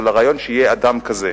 אבל הרעיון, שיהיה אדם כזה,